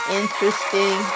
interesting